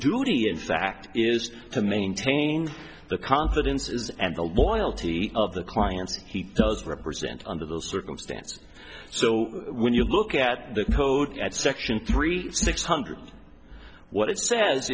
duty in fact is to maintain the confidences and the loyalty of the clients he does represent under those circumstances so when you look at the code at section three six hundred what